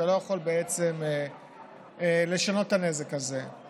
אתה לא יכול לשנות את הנזק הזה.